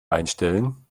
einstellen